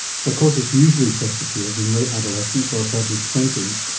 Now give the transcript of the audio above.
psychosis usually first appears in late adolescence or a person's twenty s,